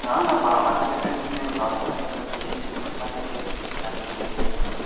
नहि नहि बाहरके लेल भी आओर घरेके लेल भी कुरताके जे छै सिलाइ की हइ से बोलऽ ने